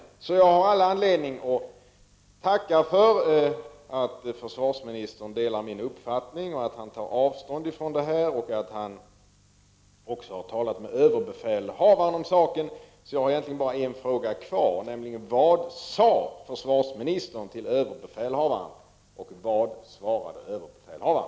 Jag har därför all anledning att tacka försvarsministern för att han delar min uppfattning, för att han tar avstånd från nämnda händelse och för att ham också har talat med överbefälhavaren om saken. Jag har då egentligen bara en fråga kvar, nämligen: Vad sade försvarsministern till överbefälhavaren, och vad svarade överbefälhavaren?